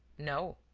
no.